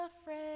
afraid